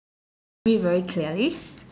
me very clearly